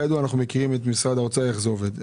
אנחנו מכירים את משרד האוצר ויודעים איך זה עובד.